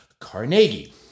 Carnegie